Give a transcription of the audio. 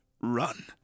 run